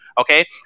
okay